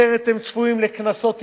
אחרת הם צפויים לקנסות אישיים,